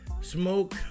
smoke